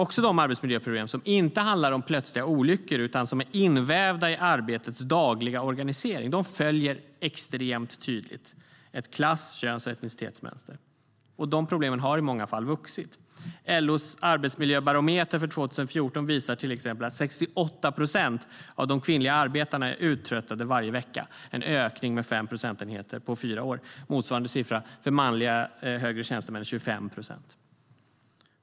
Också de arbetsmiljöproblem som inte handlar om plötsliga olyckor utan som är invävda i arbetets dagliga organisering följer extremt tydligt ett klass-, köns och etnicitetsmönster. Och de problemen har i många fall vuxit. LO:s arbetsmiljöbarometer för 2014 visar till exempel att 68 procent av de kvinnliga arbetarna är uttröttade varje vecka. Det är en ökning med fem procentenheter på fyra år. Motsvarande siffra för manliga högre tjänstemän är 25 procent.